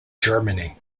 germany